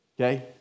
Okay